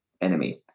enemy